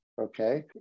Okay